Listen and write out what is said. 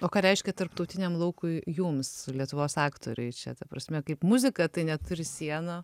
o ką reiškia tarptautiniam laukui jums lietuvos aktoriai čia ta prasme kaip muzika tai neturi sienų